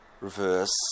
reverse